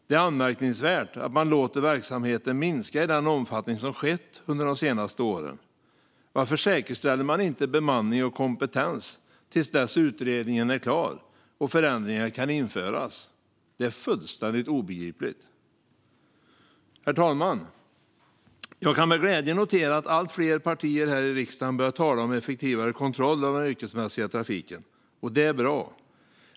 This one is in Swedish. Det är anmärkningsvärt att man låter verksamheten minska i den omfattning som skett under de senaste åren. Varför säkerställer man inte bemanning och kompetens till dess att utredningen är klar och förändringarna kan införas? Det är fullständigt obegripligt. Herr talman! Jag noterar med glädje att allt fler partier här i riksdagen börjar tala om en effektivare kontroll av den yrkesmässiga trafiken. Det är bra.